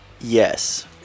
Yes